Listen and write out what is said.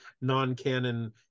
non-canon